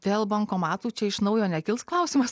dėl bankomatų čia iš naujo nekils klausimas